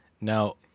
Now